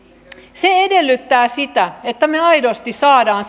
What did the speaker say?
se edellyttää sitä että me aidosti saamme